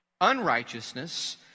unrighteousness